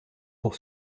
pour